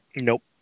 Nope